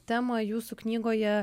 temą jūsų knygoje